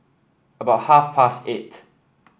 about half past eight